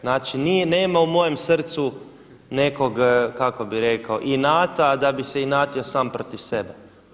Znači nema u mojem srcu nekog kako bih rekao inata da bih se inatio sam protiv sebe.